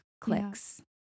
clicks